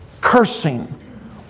cursing